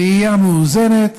ראייה מאוזנת,